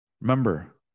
Remember